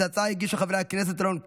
את ההצעה הגישו חברי הכנסת רון כץ,